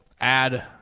add –